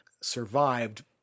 survived